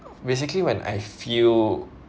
basically when I feel